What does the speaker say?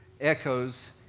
echoes